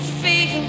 feel